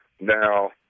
Now